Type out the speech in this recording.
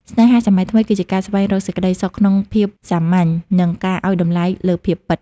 ស្នេហាសម័យថ្មីគឺការស្វែងរកសេចក្តីសុខក្នុងភាពសាមញ្ញ និងការឱ្យតម្លៃលើភាពពិត។